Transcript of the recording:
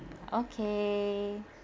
okay